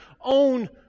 own